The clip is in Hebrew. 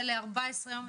במגעים הדוקים,